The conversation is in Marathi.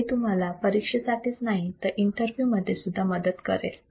हे तुम्हाला परीक्षेसाठीच नाही तर इंटरव्यू मध्ये सुद्धा मदत करेल